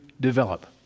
develop